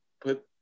Put